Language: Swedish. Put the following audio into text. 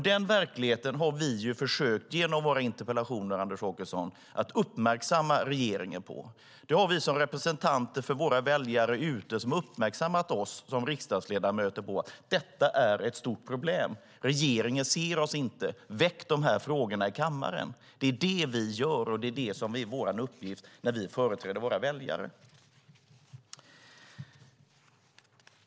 Den verkligheten har vi genom våra interpellationer, Anders Åkesson, försökt uppmärksamma regeringen på. Det har vi gjort som representanter för våra väljare där ute som har uppmärksammat oss riksdagsledamöter på: Detta är ett stort problem. Regeringen ser oss inte. Väck de här frågorna i kammaren! Det är det vi gör, och det är det som är vår uppgift när vi företräder våra väljare.